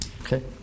Okay